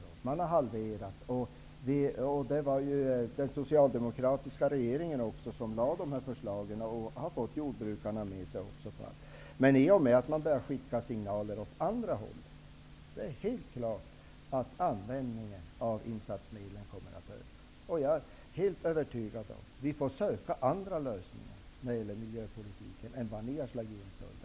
Man har halverat användningen. Det var den socialdemokratiska regeringen som lade fram dessa förslag, och den fick också jordbrukarna med sig. Men man började sedan skicka signaler åt andra håll. Det gör att det är helt klart att användningen av insatsmedlen kommer att öka. Jag är helt övertygad om att vi måste söka andra vägar inom miljöpolitiken än den väg som ni i dag har slagit in på.